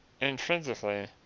intrinsically